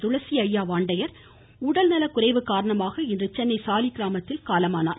துளசி அய்யா வாண்டையார் உடல்நல குறைவு காரணமாக இன்று சென்னை சாலிக்கிராமத்தில் காலமானார்